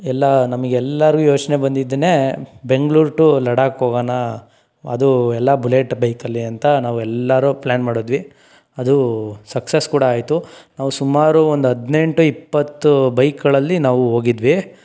ಎಲ್ಲ ನಮಗೆ ಎಲ್ಲರಿಗೂ ಯೋಚನೆ ಬಂದಿದ್ದನ್ನೇ ಬೆಂಗಳೂರು ಟೂ ಲಡಾಕ್ ಹೋಗೋಣ ಅದು ಎಲ್ಲ ಬುಲೆಟ್ ಬೈಕಲ್ಲಿ ಅಂತ ನಾವು ಎಲ್ಲರೂ ಪ್ಲಾನ್ ಮಾಡಿದ್ವಿ ಅದೂ ಸಕ್ಸಸ್ ಕೂಡ ಆಯಿತು ನಾವು ಸುಮಾರು ಒಂದು ಹದಿನೆಂಟು ಇಪ್ಪತ್ತು ಬೈಕ್ಗಳಲ್ಲಿ ನಾವು ಹೋಗಿದ್ವಿ